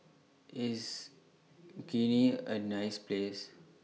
IS Guinea A nice Place